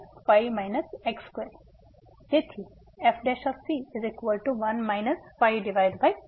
તેથી fc15 c2